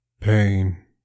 Pain